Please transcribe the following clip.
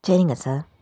சரிங்க சார்